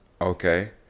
Okay